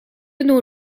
nos